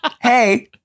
Hey